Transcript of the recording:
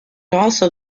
also